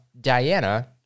Diana